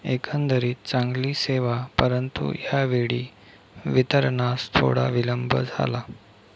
एकंदरीत चांगली सेवा परंतु यावेळी वितरणास थोडा विलंब झाला